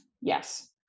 Yes